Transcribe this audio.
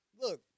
Look